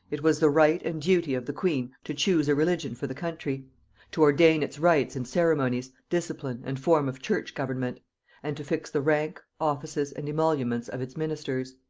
it was the right and duty of the queen to choose a religion for the country to ordain its rites and ceremonies, discipline, and form of church government and to fix the rank, offices and emoluments of its ministers.